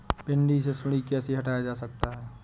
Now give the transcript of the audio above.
भिंडी से सुंडी कैसे हटाया जा सकता है?